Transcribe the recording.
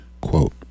Quote